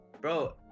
bro